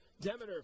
Demeter